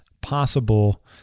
possible